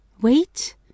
wait